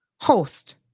host